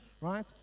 right